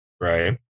Right